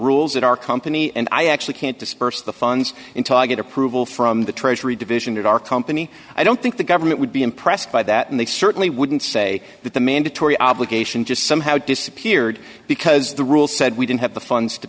rules at our company and i actually can't disperse the funds into i get approval from the treasury division of our company i don't think the government would be impressed by that and they certainly wouldn't say that the mandatory obligation just somehow disappeared because the rule said we didn't have the funds to